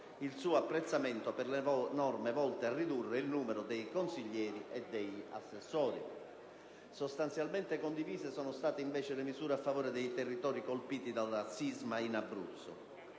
il suo apprezzamento per le norme volte a ridurre il numero dei consiglieri e degli assessori. Sostanzialmente condivise sono state invece le misure a favore dei territori colpiti dal sisma in Abruzzo.